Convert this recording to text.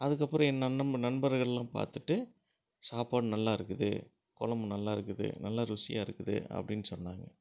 அதற்கப்பறம் என்னன்னா நம்ப நண்பர்கள்லாம் பார்த்துட்டு சாப்பாடு நல்லாருக்குது குழம்பு நல்லாருக்குது நல்லா ருசியாக இருக்குது அப்படின்னு சொன்னாங்க